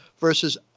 versus